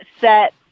set